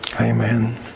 Amen